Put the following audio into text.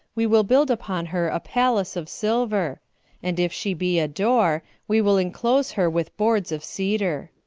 we will build upon her a palace of silver and if she be a door, we will inclose her with boards of cedar.